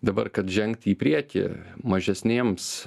dabar kad žengti į priekį mažesniems